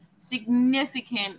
significant